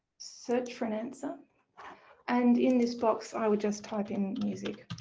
search for an answer and in this box i would just type in music,